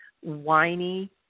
whiny